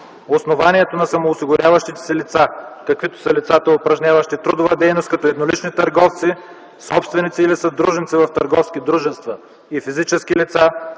основанието на самоосигуряващите се лица, каквито са лицата, упражняващи трудова дейност като еднолични търговци, собственици или съдружници в търговски дружества и физически лица